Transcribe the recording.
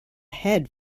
head